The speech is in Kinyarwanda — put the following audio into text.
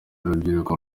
rubyiruko